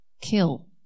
kill